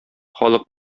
халык